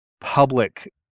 public